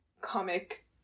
comic